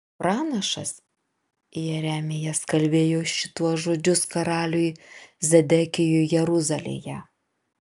pranašas jeremijas kalbėjo šituos žodžius karaliui zedekijui jeruzalėje